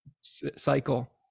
cycle